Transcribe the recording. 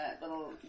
little